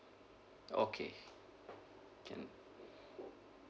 okay can